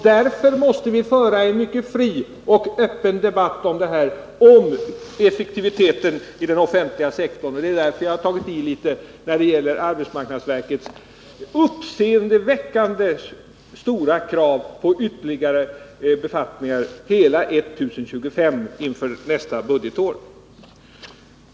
Därför måste vi föra en mycket fri och öppen debatt om effektiviteten i den offentliga sektorn. Det är därför jag har tagit i litet när det gäller arbetsmarknadsverkets uppseendeväckande stora krav på ytterligare befattningar, hela 1025, inför nästa budgetår.